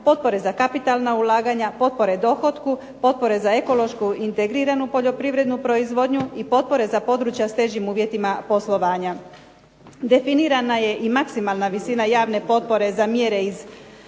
potpore za kapitalna ulaganja, potpore dohotku, potpore za ekološku integriranu poljoprivrednu proizvodnju i potpore za područja s težim uvjetima poslovanja. Definirana je i maksimalna visina javne potpore za navedene